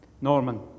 Norman